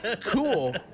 cool